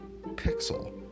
Pixel